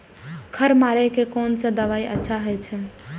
खर मारे के कोन से दवाई अच्छा होय छे?